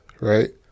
right